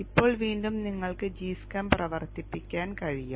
ഇപ്പോൾ വീണ്ടും നിങ്ങൾക്ക് gschem പ്രവർത്തിപ്പിക്കാൻ കഴിയും